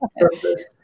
purpose